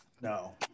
No